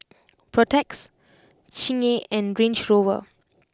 Protex Chingay and Range Rover